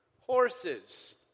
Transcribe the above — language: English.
Horses